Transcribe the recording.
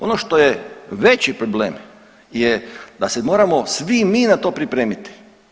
Ono što je veći problem je da se moramo svi mi na to pripremiti.